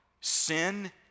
sin